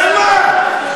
אז מה?